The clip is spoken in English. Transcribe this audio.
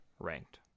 ranked